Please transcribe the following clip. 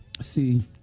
See